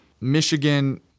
Michigan